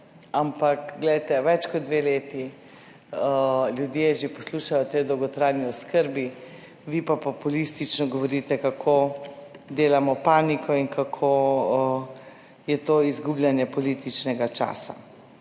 Ampak glejte, več kot dve leti ljudje že poslušajo o tej dolgotrajni oskrbi, vi pa populistično govorite, kako delamo paniko in kako je to izgubljanje političnega časa.